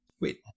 wait